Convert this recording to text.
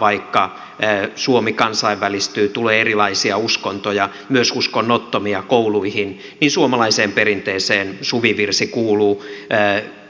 vaikka suomi kansainvälistyy ja tulee erilaisia uskontoja myös uskonnottomia kouluihin niin suomalaiseen perinteeseen suvivirsi kuuluu